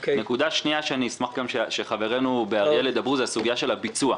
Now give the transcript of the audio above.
נקודה שנייה שאני אשמח שחברנו באריאל ידברו עליה היא סוגיית הביצוע.